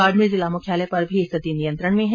बाड़मेर जिला मुख्यालय पर भी स्थिति नियंत्रण में है